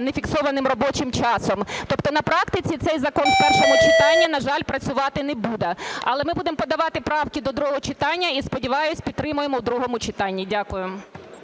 нефіксованим робочим часом. Тобто на практиці цей закон в першому читанні, на жаль, працювати не буде. Але ми будемо подавати правки до другого читання і, сподіваюся, підтримаємо в другому читанні. Дякую.